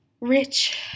rich